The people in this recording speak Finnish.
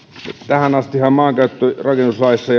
tähän astihan maankäyttö ja rakennuslaissa